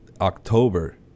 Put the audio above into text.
October